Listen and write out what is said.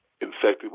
infected